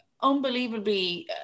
Unbelievably